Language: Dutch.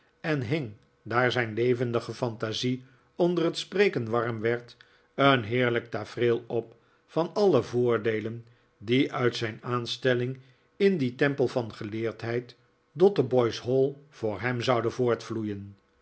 en hing daar zijn levendige fantasie onder het spreken warm werd een heerlijk tafereel op van alle voordeelen die uit zijn aanstelling in dien tempel van geleerdheid dotheboys hall voor hem zouden